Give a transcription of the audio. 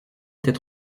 était